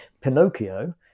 pinocchio